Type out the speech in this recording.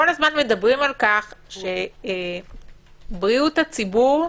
כל הזמן מדברים על כך שבריאות הציבור,